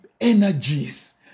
energies